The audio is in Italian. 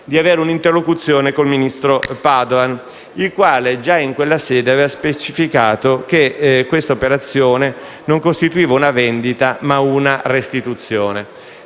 di avere un'interlocuzione con il ministro Padoan, il quale già in quella sede aveva specificato che questa operazione non costituiva una vendita, ma una restituzione.